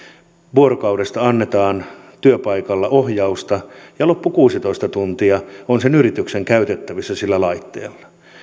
vuorokaudesta annetaan työpaikalla ohjausta ja loppu kuusitoista tuntia on yrityksen käytettävissä sillä laitteella